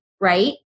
right